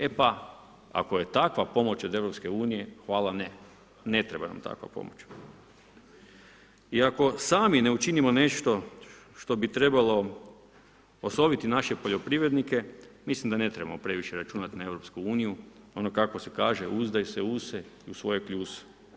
E pa ako je takva pomoć od EU-a, hvala ne, ne treba nam takva pomoć i ako sami ne učinimo nešto što bi trebalo osoviti naše poljoprivrednike, mislim da ne trebamo previše računati na EU, ono kako se kaže, „Uzdaj se u se i u svoje kljuse“